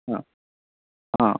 ఆ